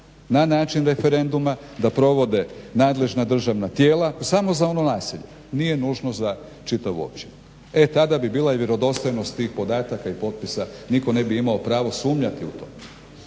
na način referenduma da provode nadležna državna tijela samo za ono naselje, nije nužno za čitavu općinu. E tada bi bila vjerodostojnost tih podataka i potpisa, nitko ne bi imao pravo sumnjati u to.